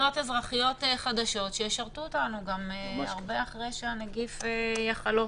רשתות אזרחיות חדשות שישרתו אותנו גם הרבה אחרי שהנגיף יחלוף,